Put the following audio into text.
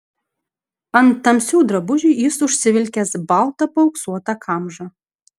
ant tamsių drabužių jis užsivilkęs baltą paauksuotą kamžą